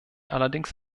allerdings